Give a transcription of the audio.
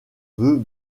veut